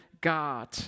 God